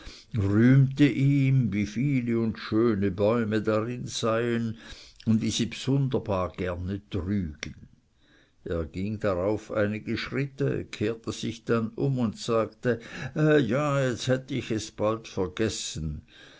ihm wie viele und schöne bäume darin seien und wie sie bsunderbar gerne trügen er ging darauf einige schritte kehrte sich dann um und sagte jä jetzt hätte ich es bald vergessen